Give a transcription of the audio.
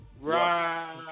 right